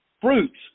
fruits